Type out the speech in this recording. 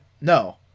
no